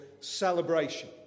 celebration